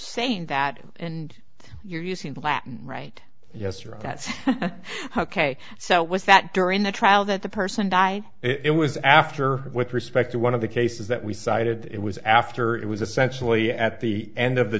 saying that and you're using platen right yesterday that's ok so was that during the trial that the person die it was after with respect to one of the cases that we cited it was after it was essentially at the end of the